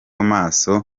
amaso